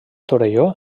torelló